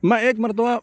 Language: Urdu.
میں ایک مرتبہ